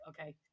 okay